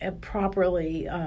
properly